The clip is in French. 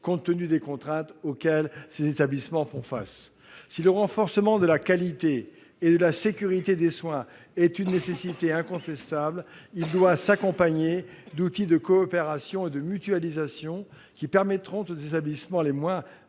compte tenu des contraintes auxquelles ces établissements font face. Si le renforcement de la qualité et de la sécurité des soins est une nécessité incontestable, il doit s'accompagner d'outils de coopération et de mutualisation qui permettront aux établissements les moins